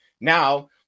Now